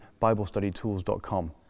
BibleStudyTools.com